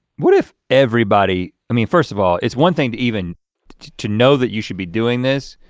what if everybody. i mean, first of all, it's one thing to even to know that you should be doing this.